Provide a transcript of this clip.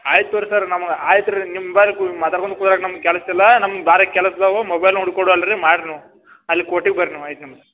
ಆಯ್ತು ತಗೋರಿ ಸರ್ ನಮ್ಗ ಆಯ್ತು ರೀ ನಿಂಬಲ್ ಕು ಮಾತಾಡ್ಕೊಂದ ಕೂರಾಕ ನಮ್ಗೆ ಕೆಲಸ ಇಲ್ಲ ನಮ್ಮ ಬಾರೆ ಕೆಲಸ ಅದಾವು ಮೊಬೈಲ್ನು ಹುಡ್ಕೊಡು ಅಲ್ರಿ ಮಾಡ್ರಿ ನೀವು ಅಲ್ಲಿ ಕೋರ್ಟಿಗ ಬರ್ರಿ ನೀವು ಐದು